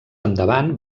endavant